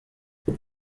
uru